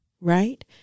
Right